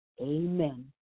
Amen